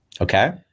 okay